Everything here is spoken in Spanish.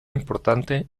importante